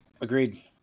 agreed